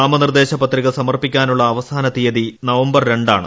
നാമനിർദ്ദേശപത്രിക സമർപ്പിക്കാനുളള അവസാന തീയതി നവംബർ രണ്ട് ആണ്